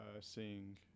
seeing